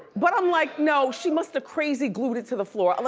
but i'm like no, she musta krazy glued it to the floor.